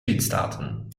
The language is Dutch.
lidstaten